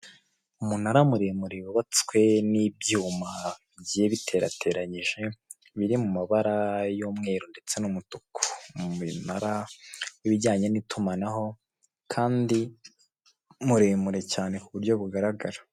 Umunara muremure wubatswe n'ibyuma bigiye biterateranyije, biri mu mabara y'umweru ndetse n'umutuku. Ni umunara w'ibijyanye n'itumanaho kandi muremure cyane ku buryo bugaragara.